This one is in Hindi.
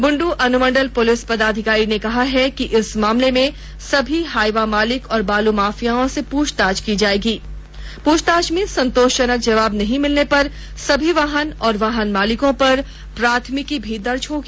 बुंडू अनुमंडल पुलिस पदाधिकारी ने कहा है कि इस मामले में सभी हाईवा मालिक और बालू माफियाओं से पूछताछ की जायेगी पूछताछ में संतोषजनक जवाब नहीं मिलने पर सभी वाहन और वाहन मालिकों पर प्राथमिकी दर्ज की जाएगी